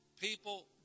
People